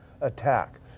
attack